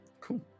Cool